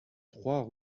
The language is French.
trois